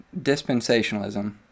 dispensationalism